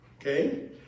okay